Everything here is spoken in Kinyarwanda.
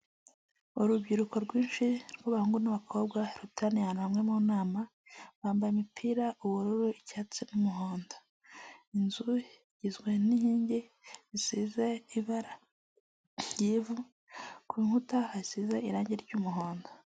Urubyiruko rwinshi rw'abahungu n'abakobwa ruteraniye ahantu hamwe mu nama, bambaye imipira, ubururu, icyatsi n'umuhondo inzu igizwe n'inkingi zisize ibara ry'ivu ku nkuta hasize irange ry'umuhondo.